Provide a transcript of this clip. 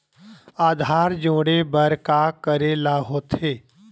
आधार जोड़े बर का करे ला होथे?